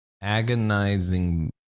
agonizing